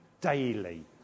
daily